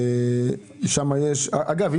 אגב,